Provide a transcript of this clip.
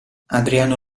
adriano